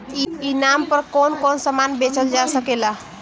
ई नाम पर कौन कौन समान बेचल जा सकेला?